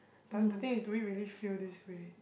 but the thing is do we really feel this way